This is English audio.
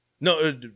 no